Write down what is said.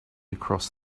across